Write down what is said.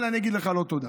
אבל אני אגיד לך: לא תודה,